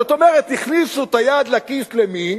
זאת אומרת, הכניסו את היד לכיס, למי?